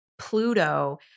Pluto